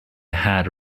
had